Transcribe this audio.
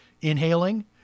inhaling